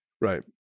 Right